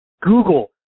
Google